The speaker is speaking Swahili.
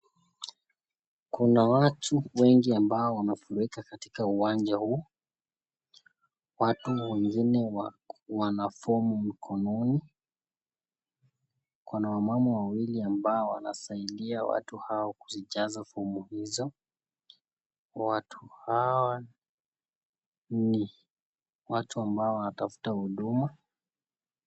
Kuna watu wengi ambao wanafurika katika uwanja huu. Watu wengine wana fomu mkononi. Kuna wamama wawili ambao wanasaidia watu hawa kuzijaza fomu hizo. Watu hawa ni watu ambao wanatafuta huduma.